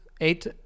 Eight